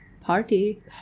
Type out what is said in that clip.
party